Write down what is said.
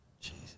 Jesus